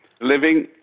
Living